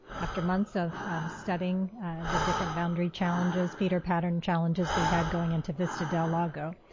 after months of studying the different boundary challenges, feeder pattern challenges we had going into vista del lago.